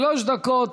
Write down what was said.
שלוש דקות,